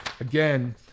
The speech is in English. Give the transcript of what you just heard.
Again